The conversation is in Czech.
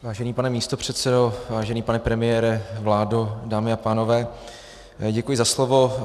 Vážený pane místopředsedo, vážený pane premiére, vládo, dámy a pánové, děkuji za slovo.